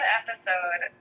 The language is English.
episode